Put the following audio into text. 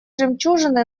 жемчужины